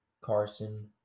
Carson